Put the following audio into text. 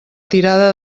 tirada